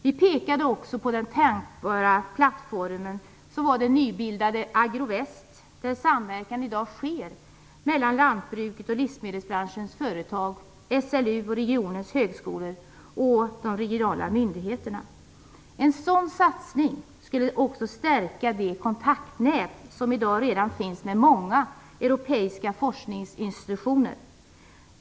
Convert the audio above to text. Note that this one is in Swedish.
Vi pekade också på att en tänkbar plattform kunde vara det nybildade Agro Väst, där samverkan i dag sker mellan lantbruket och livsmedelsbranschens företag, SLU och regionens högskolor samt de regionala myndigheterna. En sådan satsning skulle också stärka det kontaktnät som redan i dag finns med många europeiska forskningsinstitutioner.